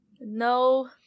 no